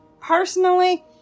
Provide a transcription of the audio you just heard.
Personally